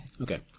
Okay